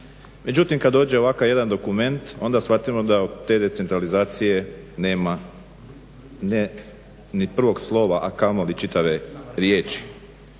Međutim, kada dođe ovako jedan dokument onda shvatimo da od te decentralizacije nema, ni prvog slova a kamoli čitave riječi.